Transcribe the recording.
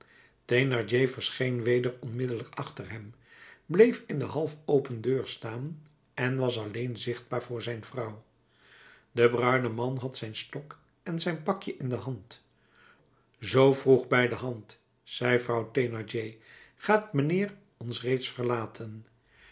thénardier verscheen weder onmiddellijk achter hem bleef in de half open deur staan en was alleen zichtbaar voor zijn vrouw de bruine man had zijn stok en zijn pakje in de hand zoo vroeg bij de hand zei vrouw thénardier gaat mijnheer ons reeds verlaten